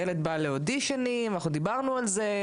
ילד בא לאודישנים, אנחנו דיברנו על זה.